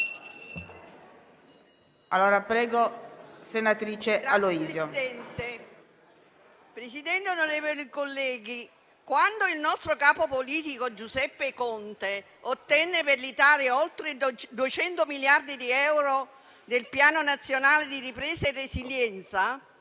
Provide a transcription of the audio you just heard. colleghi, quando il nostro capo politico Giuseppe Conte ottenne per l'Italia oltre 200 miliardi di euro del Piano nazionale di ripresa e resilienza,